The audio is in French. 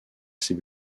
ses